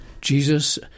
Jesus